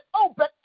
open